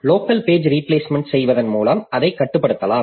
local page replacement செய்வதன் மூலம் அதைக் கட்டுப்படுத்தலாம்